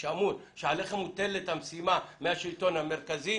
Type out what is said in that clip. שעליכם מוטלת המשימה מהשלטון המרכזי